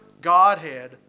Godhead